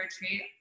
retreat